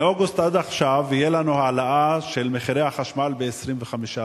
מאוגוסט עד עכשיו תהיה לנו העלאה של מחירי החשמל ב-25%.